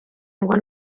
ngo